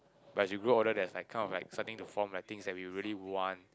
like as you grow older there's like kind of like starting to form like things that we really want